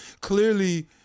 clearly